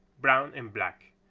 brown and black.